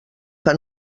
que